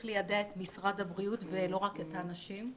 ליידע את משרד הבריאות ולא רק את האנשים.